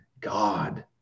God